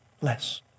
less